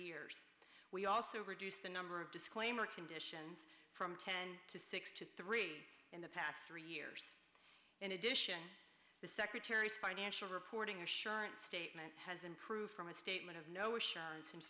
years we also reduce the number of disclaimer conditions from ten to six to three in the past three years in addition to secretary financial reporting assurance statement has improved from a statement of notion